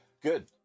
Good